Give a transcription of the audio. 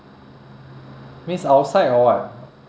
means outside or what